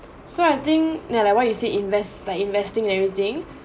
so I think ya like what you said invest like investing and everything